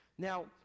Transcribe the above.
now